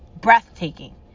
breathtaking